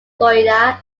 florida